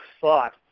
thought